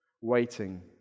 waiting